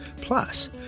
Plus